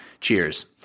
cheers